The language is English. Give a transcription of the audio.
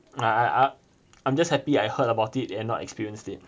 I I I'm just happy I heard about it and not experienced it